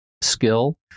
skill